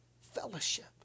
Fellowship